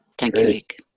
thank you rick.